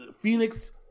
Phoenix